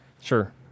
Sure